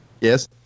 Yes